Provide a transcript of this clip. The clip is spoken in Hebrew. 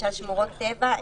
למשל שמורות טבע,